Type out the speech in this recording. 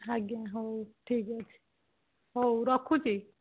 ଆଜ୍ଞା ହଉ ଠିକ୍ ଅଛି ହଉ ରଖୁଛିି